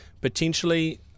potentially